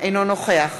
אינו נוכח